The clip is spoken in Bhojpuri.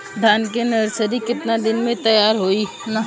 धान के नर्सरी कितना दिन में तैयार होई?